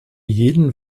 jeden